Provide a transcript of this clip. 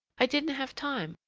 i didn't have time,